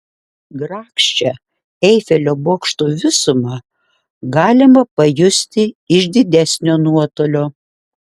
grakščią eifelio bokšto visumą galima pajusti iš didesnio nuotolio